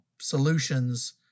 solutions